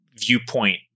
viewpoint